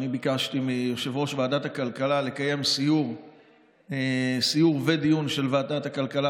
אני ביקשתי מיושב-ראש ועדת הכלכלה לקיים סיור ודיון של ועדת הכלכלה,